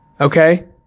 Okay